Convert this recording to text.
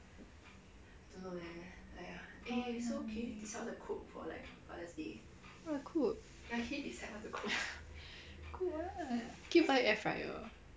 what to cook cook what can you buy air fryer